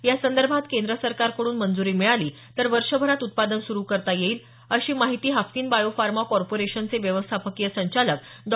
यासंदर्भात केंद्र सरकारकडून मंजूरी मिळाली तर वर्षभरात उत्पादन सुरू करता येईल अशी माहिती हाफकिन बायो फार्मा कॉर्पोरेशनचे व्यवस्थापकीय संचालक डॉ